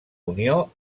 unió